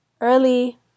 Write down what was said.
Early